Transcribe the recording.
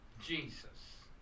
Jesus